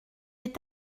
est